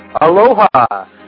aloha